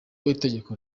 w’itegeko